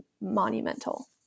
monumental